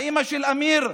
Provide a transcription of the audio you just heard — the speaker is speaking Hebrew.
האימא של אמיר,